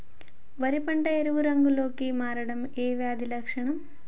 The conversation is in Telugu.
వరి పంట ఎరుపు రంగు లో కి మారడం ఏ వ్యాధి లక్షణం?